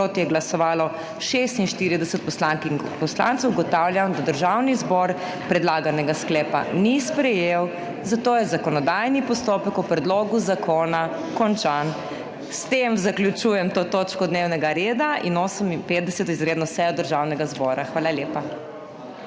(Za je glasovalo 24.) (Proti 46.) Ugotavljam, da Državni zbor predlaganega sklepa ni sprejel, zato je zakonodajni postopek o predlogu zakona končan. S tem zaključujem to točko dnevnega reda in 58. izredno sejo Državnega zbora. Hvala lepa.